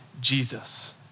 Jesus